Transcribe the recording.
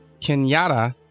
Kenyatta